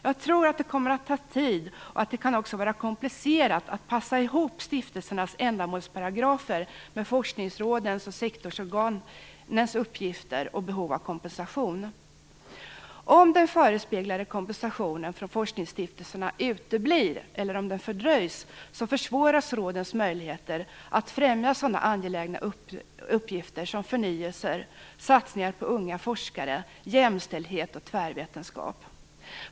Jag tror att det kommer att ta tid och även kan vara komplicerat att passa ihop stiftelsernas ändamålsparagrafer med forskningsrådens och sektorsorganens uppgifter och behov av kompensation. Om den förespeglade kompensationen från forskningsstiftelserna uteblir eller fördröjs, försvåras rådens möjligheter att främja sådana angelägna uppgifter som förnyelser, satsningar på unga forskare, jämställdhet och tvärvetenskap.